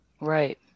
Right